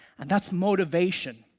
and that's motivation.